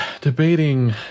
debating